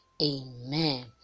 Amen